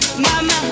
Mama